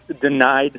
denied